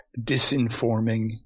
disinforming